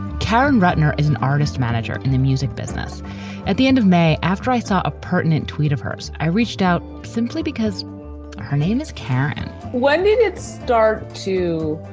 karen ratner is an artist manager in the music business at the end of may. after i saw a pertinent tweet of hers, i reached out simply because her name is karen. when did it start to